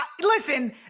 listen